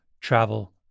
travel